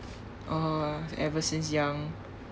uh ever since young